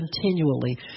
continually